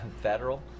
federal